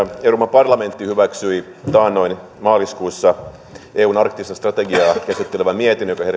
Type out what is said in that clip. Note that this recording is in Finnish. parlamentti hyväksyi taannoin maaliskuussa eun arktista strategiaa käsittelevän mietinnön